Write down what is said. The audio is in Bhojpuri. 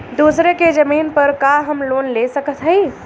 दूसरे के जमीन पर का हम लोन ले सकत हई?